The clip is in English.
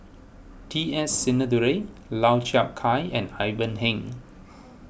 T S Sinnathuray Lau Chiap Khai and Ivan Heng